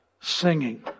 Singing